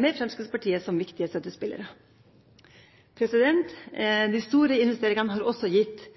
med Fremskrittspartiet som viktig støttespiller. De store investeringene har også gitt